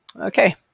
Okay